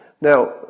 Now